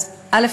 אז, א.